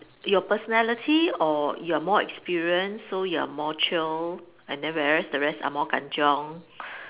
your personality or you're more experienced so you're more chill and then whereas the rest are more kan-chiong